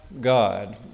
God